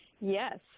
yes